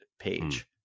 page